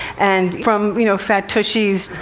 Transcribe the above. and from, you know, fattushis,